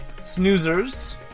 Snoozers